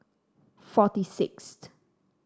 forty sixth